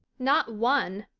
not one,